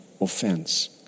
offense